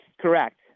correct